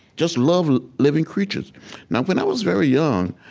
just love ah living creatures now, when i was very young,